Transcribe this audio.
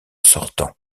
sortant